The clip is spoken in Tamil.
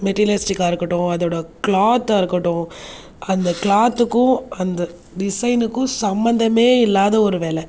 மெட்டலிஸ்டிக்கா இருக்கட்டும் அதோடய க்ளாத்தாக இருக்கட்டும் அந்த க்ளாத்துக்கும் அந்த டிசைனுக்கும் சம்மந்தமே இல்லாத ஒரு விலை